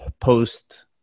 post